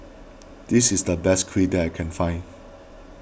this is the best Kheer that I can find